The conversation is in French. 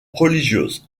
religieuses